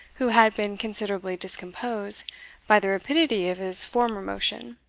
who had been considerably discomposed by the rapidity of his former motion,